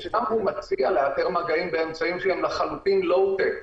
שבה הוא מציע לאתר מגעים באמצעים שהם לחלוטין לואו-טק,